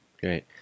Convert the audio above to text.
Great